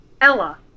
Ella